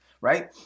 Right